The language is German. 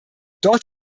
dort